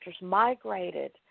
migrated